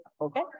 okay